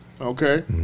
okay